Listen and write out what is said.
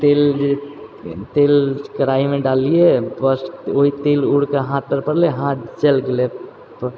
तेल जे तेल कड़ाहीमे डाललिये तऽ बस ओ तेल उड़िकऽ हाथ पर पड़लै हाथ जल गेलै